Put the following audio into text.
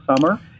summer